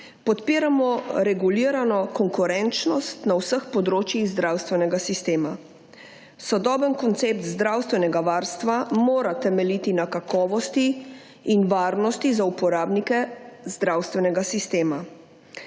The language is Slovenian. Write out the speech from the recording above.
Podpiramo regulirano konkurenčnost na vseh področjih zdravstvenega sistema. sodoben koncept zdravstvenega varstva mora temeljiti na kakovosti in varnosti za uporabnike zdravstvenega sistema.